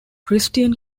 christian